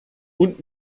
und